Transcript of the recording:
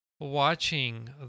Watching